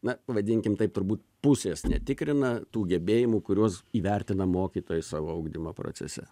na vadinkim taip turbūt pusės netikrina tų gebėjimų kuriuos įvertina mokytojai savo ugdymo procese